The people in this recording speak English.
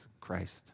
Christ